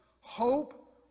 hope